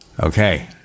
Okay